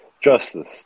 justice